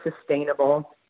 sustainable